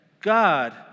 God